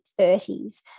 30s